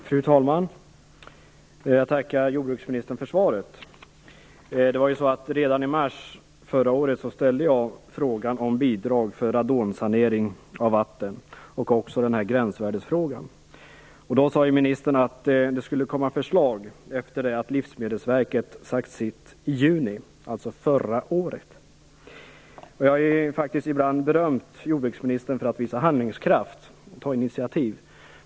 Fru talman! Jag tackar jordbruksministern för svaret. Redan i mars förra året ställde jag en fråga om bidrag för radonsanering av vatten och också en fråga om gränsvärden. Då sade ministern att det skulle komma förslag efter det att Livsmedelsverket sagt sitt i juni, alltså juni förra året. Jag har faktiskt ibland berömt jordbruksministern för handlingskraft och initiativförmåga.